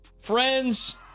friends